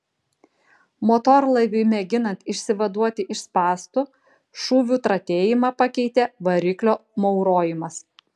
motorlaiviui mėginant išsivaduoti iš spąstų šūvių tratėjimą pakeitė variklio maurojimas